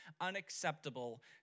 unacceptable